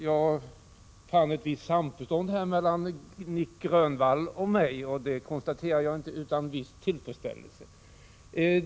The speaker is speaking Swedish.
Jag fann ett visst samförstånd härvidlag mellan Nic Grönvall och mig — det konstaterar jag, icke utan viss tillfredsställelse.